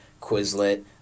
Quizlet